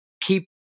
keep